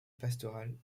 pastorale